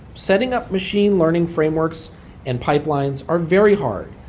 setting up machine learning frameworks and pipelines are very hard.